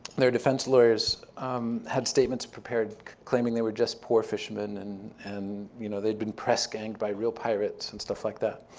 their defense lawyers had statements prepared claiming they were just poor fishermen and and you know they'd been press ganged by real pirates and stuff like that.